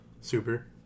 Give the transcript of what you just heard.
Super